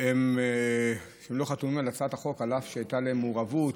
שלא חתומים על הצעת החוק אף שהייתה להם מעורבות